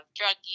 drug